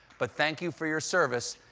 but thank you for your service,